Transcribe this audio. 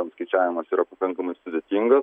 apskaičiavimas yra pakankamai sudėtinga